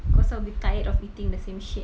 cause I'll be tired of eating the same shit